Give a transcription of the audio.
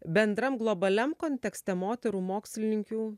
bendram globaliam kontekste moterų mokslininkių